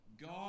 God